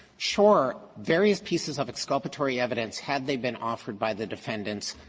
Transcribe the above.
sure, various pieces of exculpatory evidence, had they been offered by the defendants,